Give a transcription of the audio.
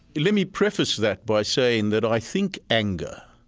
let me preface that by saying that i think anger,